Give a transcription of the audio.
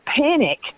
panic